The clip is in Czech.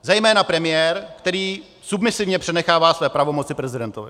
Zejména premiér, který submisivně přenechává své pravomoci prezidentovi.